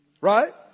right